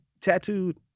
tattooed